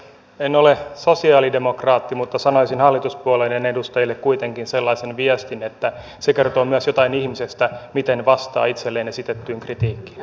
en ole sosialidemokraatti mutta sanoisin hallituspuolueiden edustajille kuitenkin sellaisen viestin että se kertoo myös jotain ihmisestä miten vastaa itselleen esitettyyn kritiikkiin